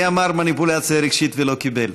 מי אמר מניפולציה רגשית ולא קיבל?